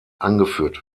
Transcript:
angeführt